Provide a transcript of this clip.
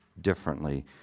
differently